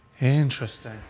Interesting